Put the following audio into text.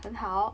好